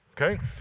Okay